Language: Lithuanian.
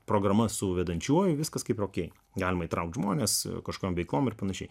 programa su vedančiuoju viskas kaip okei galima įtraukt žmones kažkokiom veikom ir panašiai